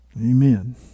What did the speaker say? Amen